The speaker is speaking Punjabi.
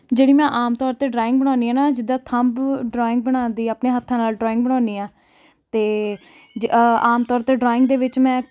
ਜਿਹੜੀ ਮੈਂ ਆਪ ਤੌਰ 'ਤੇ ਡਰਾਇੰਗ ਬਣਾਉਂਦੀ ਹਾਂ ਨਾ ਜਿੱਦਾਂ ਥੰਬ ਡਰੋਇੰਗ ਬਣਾਉਣ ਦੀ ਆਪਣੇ ਹੱਥਾਂ ਨਾਲ ਡਰੋਇੰਗ ਬਣਾਉਂਦੀ ਹਾਂ ਅਤੇ ਜ ਆਮ ਤੌਰ 'ਤੇ ਡਰੋਇੰਗ ਦੇ ਵਿੱਚ ਮੈਂ